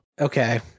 Okay